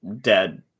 dead